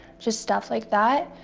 just stuff like that.